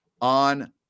on